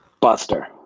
Buster